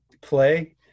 play